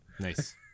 nice